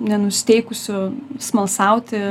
nenusiteikusiu smalsauti